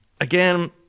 again